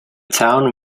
town